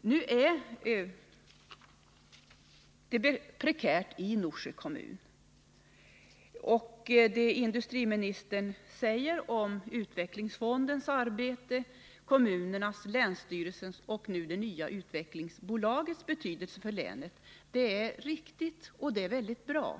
Nu är läget prekärt i Norsjö kommun. Vad industriministern sade om utvecklingsfondens, kommunernas, länsstyrelsens och det nya utvecklingsbolagets betydelse för länet är riktigt och mycket bra.